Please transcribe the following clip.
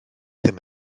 ddim